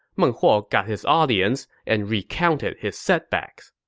meng huo got his audience and recounted his setbacks.